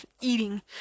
eating